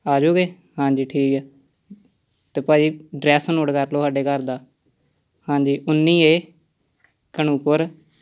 ਆ ਜੋਗੇ ਹਾਂਜੀ ਠੀਕ ਆ ਅਤੇ ਭਾਅ ਜੀ ਅਡਰੈਸ ਨੋਟ ਕਰ ਲਉ ਸਾਡੇ ਘਰ ਦਾ ਹਾਂਜੀ ਉੱਨੀ ਏ ਘਣੂਪੁਰ